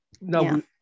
no